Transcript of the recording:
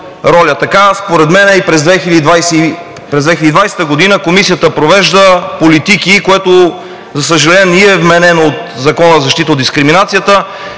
роля. Според мен и през 2020 г. Комисията провежда политики, което, за съжаление, не ѝ е вменено от Закона за защита от дискриминация,